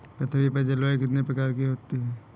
पृथ्वी पर जलवायु कितने प्रकार की होती है?